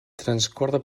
transcorre